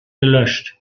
gelöscht